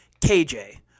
KJ